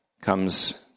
comes